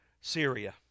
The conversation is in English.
Syria